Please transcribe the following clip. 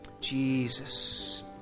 Jesus